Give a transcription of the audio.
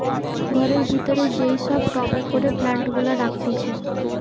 ঘরের ভিতরে যেই সব টবে করে প্লান্ট গুলা রাখতিছে